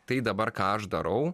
tai dabar ką aš darau